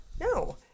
No